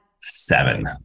Seven